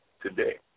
today